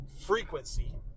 frequency